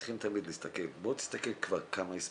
צריכים תמיד להסתכל, תסתכל כבר כמה הספקת.